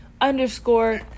underscore